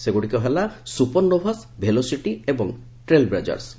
ସେଗୁଡ଼ିକ ହେଲା supernovas velocity ଏବଂ ଟ୍ରେଲବ୍ଲେଜର୍ସ୍